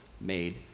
made